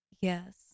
Yes